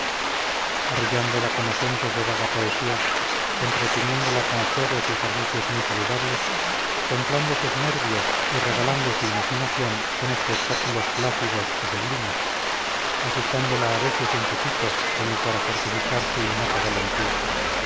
arrullándola con acentos de vaga poesía entreteniéndola con juegos y ejercicios muy saludables templando sus nervios y regalando su imaginación con espectáculos plácidos o sublimes asustándola a veces un poquito como para fortificar su innata valentía